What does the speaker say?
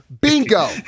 Bingo